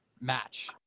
match